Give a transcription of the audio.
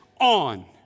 on